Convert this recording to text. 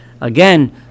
Again